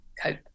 cope